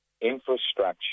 infrastructure